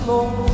Lord